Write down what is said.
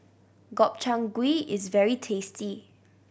Gobchang Gui is very tasty